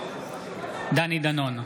דני דנון,